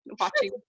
watching